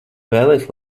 vēlies